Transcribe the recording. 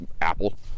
Apple